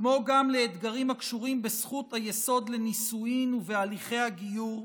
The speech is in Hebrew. כמו גם לאתגרים הקשורים בזכות היסוד לנישואים ולהליכי הגיור.